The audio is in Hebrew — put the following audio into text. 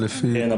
כן,